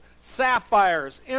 sapphires